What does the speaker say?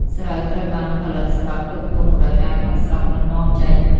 ស្រូវត្រូវបានផលិតសម្រាប់ផ្គត់ផ្គង់តម្រូវការក្នុងស្រុក និងនាំចេញ។